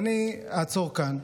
אני אעצור כאן.